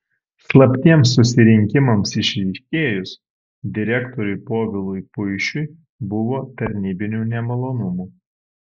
slaptiems susirinkimams išryškėjus direktoriui povilui puišiui buvo tarnybinių nemalonumų